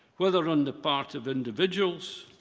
whether on the part of individuals,